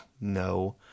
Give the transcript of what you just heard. no